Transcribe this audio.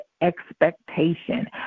expectation